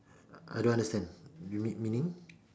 I don't understand you mean meaning